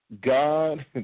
God